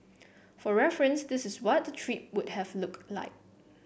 for reference this is what the trip would have looked like